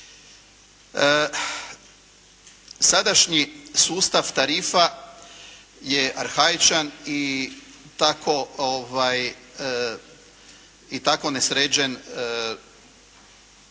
Sadašnji sustav tarifa je arhaičan i tako skrojen